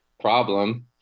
problem